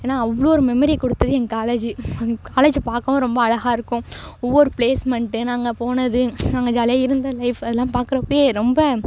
ஏன்னா அவ்வளோ ஒரு மெமரியை கொடுத்தது எங்கள் காலேஜு எங்கள் காலேஜு பார்க்கவும் ரொம்ப அழகாக இருக்கும் ஒவ்வொரு ப்ளேஸ்மெண்ட்டு நாங்கள் போனது நாங்கள் ஜாலியாக இருந்த லைஃப் அதெல்லாம் பாக்கிறப்பயே ரொம்ப